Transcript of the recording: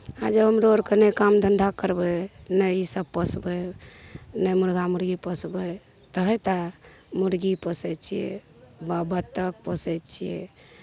आओर जँ हम आओरके नहि काम धन्धा करबै नहि ईसब पोसबै नहि मुरगा मुरगी पोसबै तऽ हेतै मरगी पोसै छिए ब बत्तख पोसै छिए